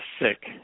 sick